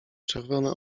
czerwone